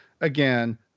Again